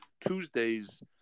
Tuesday's